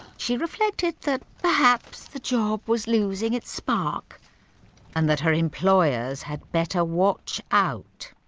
she reflected that perhaps the job was losing its spark and that her employers had better watch out,